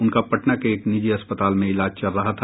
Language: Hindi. उनका पटना के एक निजी अस्पताल में इलाज चल रहा था